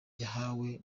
yahawe